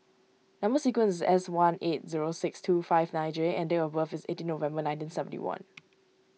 Number Sequence is S one eight zero six two five nine J and date of birth is eighteen November nineteen seventy one